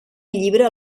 llibre